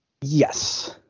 Yes